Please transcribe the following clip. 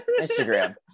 instagram